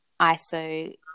ISO